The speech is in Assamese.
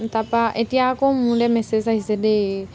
তাৰপৰা এতিয়া আকৌ মোলৈ মেছেজ আহিছে দেই